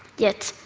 yet,